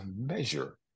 measure